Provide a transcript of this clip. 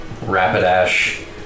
Rapidash